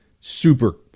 super